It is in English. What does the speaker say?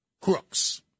crooks